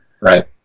Right